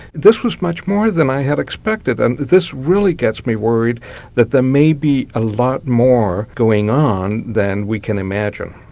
this was much more than i had expected and this really gets me worried that there may be a lot more going on than we can imagine.